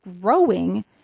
growing